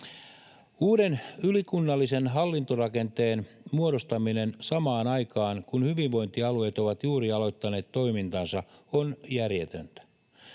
Uuden ylikunnallisen hallintorakenteen muodostaminen samaan aikaan, kun hyvinvointialueet ovat juuri aloittaneet toimintansa, on järjetöntä,